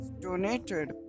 donated